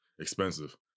expensive